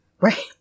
right